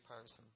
person